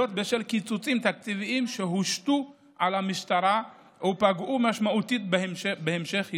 בשל קיצוצים תקציביים שהושתו על המשטרה ופגעו משמעותית בהמשך יישומה.